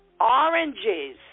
Oranges